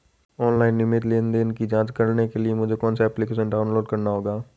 Online नियमित लेनदेन की जांच के लिए मुझे कौनसा एप्लिकेशन डाउनलोड करना होगा?